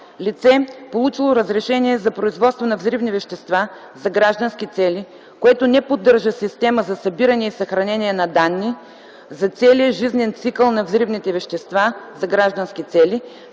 Лице, получило разрешение за производство на взривни вещества за граждански цели, което не поддържа системата за събиране и съхранение на данни за целия жизнен цикъл на взривните вещества за граждански цели